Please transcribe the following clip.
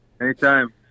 Anytime